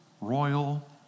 royal